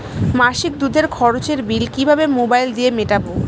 মাসিক দুধের খরচের বিল কিভাবে মোবাইল দিয়ে মেটাব?